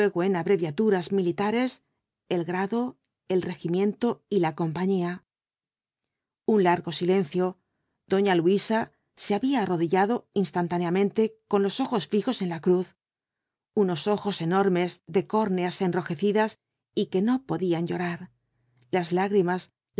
en abreviaturas militares el grado el regimiento y la compañía un largo silencio doña luisa se había arrodillado instantáneamente con los ojos fijos en la cruz unos ojos enormes de córneas enrojecidas y que no podían llorar las lágrimas